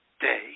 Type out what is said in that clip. day